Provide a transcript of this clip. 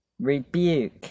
rebuke